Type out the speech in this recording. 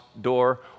door